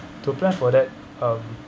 to plan for that um